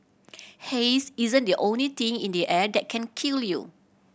haze isn't the only thing in the air that can kill you